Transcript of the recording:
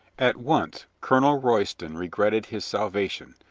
at once colonel royston regretted his salvation,